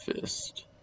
Fist